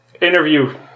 interview